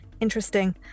interesting